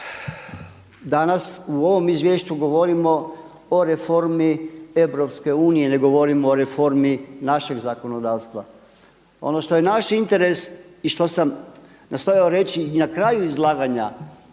danas u ovom izvješću govorimo o reformi EU, ne govorimo o reformi našeg zakonodavstva. Ono što je naš interes i što sam nastojao reći i na kraju izlaganja,